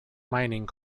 mining